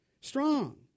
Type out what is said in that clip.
Strong